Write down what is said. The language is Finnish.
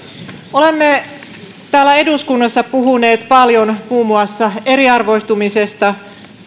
olemme täällä eduskunnassa puhuneet paljon muun muassa eriarvoistumisesta